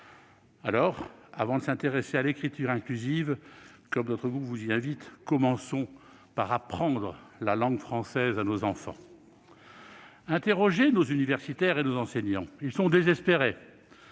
Avant de s'intéresser à l'écriture inclusive, comme notre groupe vous y invite, commençons par apprendre la langue française à nos enfants ! Interrogez nos universitaires et nos enseignants : ils sont désespérés.